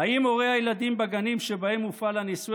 האם הורי הילדים בגנים שבהם מופעל הניסוי